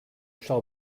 shall